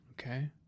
Okay